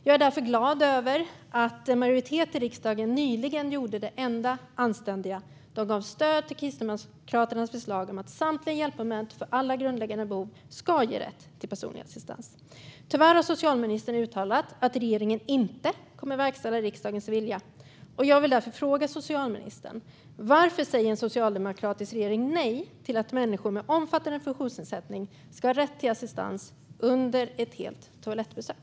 Jag är därför glad över att en majoritet i riksdagen nyligen gjorde det enda anständiga och gav stöd till Kristdemokraternas förslag om att samtliga hjälpmoment för alla grundläggande behov ska ge rätt till personlig assistans. Tyvärr har socialministern uttalat att regeringen inte kommer att verkställa riksdagens vilja. Jag vill därför fråga socialministern varför en socialdemokratisk regering säger nej till att människor med omfattande funktionsnedsättning ska ha rätt till assistans under ett helt toalettbesök.